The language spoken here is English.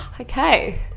Okay